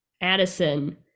Addison